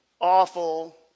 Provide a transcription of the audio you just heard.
Awful